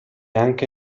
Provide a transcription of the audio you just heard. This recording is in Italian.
anche